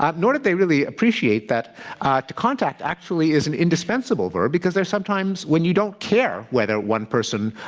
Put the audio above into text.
um nor did they really appreciate that to contact actually is an indispensable verb, because there are some times when you don't care whether one person